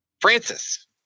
Francis